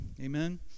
Amen